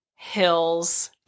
Hills